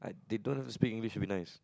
they don't have to speak English to be nice